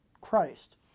Christ